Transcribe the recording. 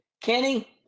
Kenny